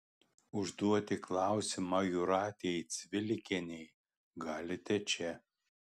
užduoti klausimą jūratei cvilikienei galite čia